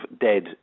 dead